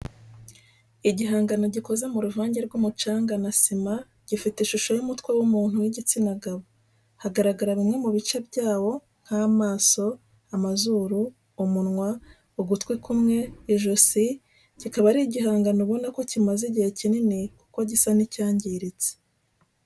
Igihangano gikoze mu ruvange rw'umucanga na sima gifite ishusho y'umutwe w'umuntu w'igitsina gabo hagaragara bimwe mu bice byawo nk'amaso amazuru, umunwa ugutwi kumwe, ijosi, kikaba ari igihangano ubona ko kimaze igihe kinini kuko gisa n'icyangiritse